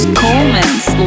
comments